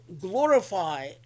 glorify